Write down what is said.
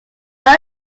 not